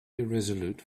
irresolute